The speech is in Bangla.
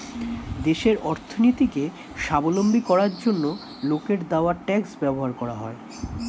দেশের অর্থনীতিকে স্বাবলম্বী করার জন্য লোকের দেওয়া ট্যাক্স ব্যবহার করা হয়